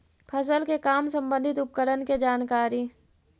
फसल के काम संबंधित उपकरण के जानकारी?